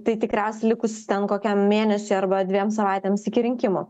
tai tikriausiai likus ten kokiam mėnesiui arba dviem savaitėms iki rinkimų